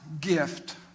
gift